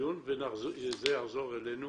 זה יחזור אלינו